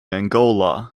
angola